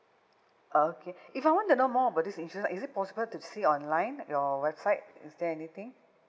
okay if I want to know more about this insurance is it possible to see online your website is there anything